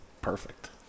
perfect